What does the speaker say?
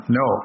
no